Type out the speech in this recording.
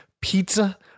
pizza